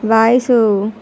voice